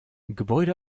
gebäude